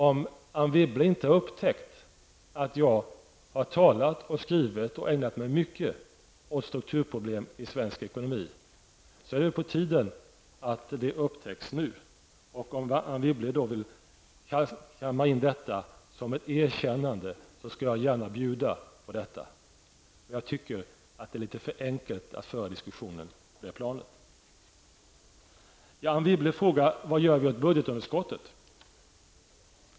Om Anne Wibble inte har upptäckt att jag har talat och skrivit -- över huvud taget har jag ägnat mig mycket åt dessa saker -- om strukturproblemen i svensk ekonomi, är det på tiden att det upptäcks nu. Och om Anne Wibble vill kamma hem detta som ett erkännande, skall jag gärna bjuda på det. Men jag tycker att det är litet väl enkelt att föra diskussionen på det planet. Anne Wibble frågade vad vi gör åt budgetunderskottet.